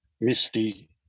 misty